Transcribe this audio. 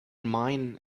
mine